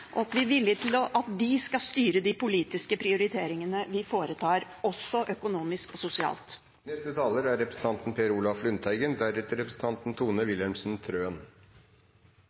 nettopp at vi er villig til å rettsliggjøre dem, og at vi er villig til at de skal styre de politiske prioriteringene vi foretar – også økonomisk og sosialt. Legalitetsprinsippet er